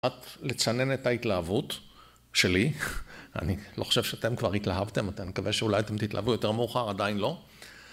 לצנן את ההתלהבות, שלי, אני לא חושב שאתם כבר התלהבתם, אני מקווה שאולי אתם תתלהבו יותר מאוחר עדיין לא